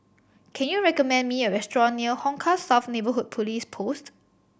can you recommend me a restaurant near Hong Kah South Neighbourhood Police Post